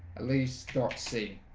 at least nazi